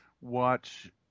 watch